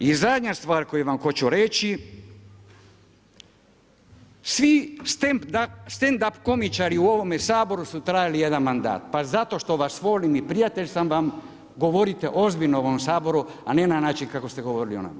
I zadnja stvar koju vam hoću reći, svi stand up komičari u ovome Saboru su trajali jedan mandat, pa zato što vas volim i prijatelj sam vam govorite ozbiljno u ovome Saboru, a ne na način kako ste govorili o nama.